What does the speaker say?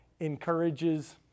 encourages